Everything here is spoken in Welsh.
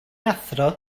athro